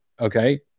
okay